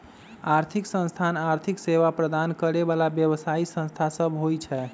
आर्थिक संस्थान आर्थिक सेवा प्रदान करे बला व्यवसायि संस्था सब होइ छै